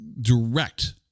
direct